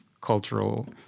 cultural